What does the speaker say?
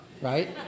right